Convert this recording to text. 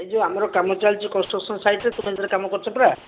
ଏହି ଯେଉଁ ଆମର କାମ ଚାଲିଛି କନଷ୍ଟ୍ରକସନ୍ ସାଇଟ୍ରେ ତୁମେ ସେଇଥିରେ କାମ କରୁଛ ପରା